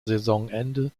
saisonende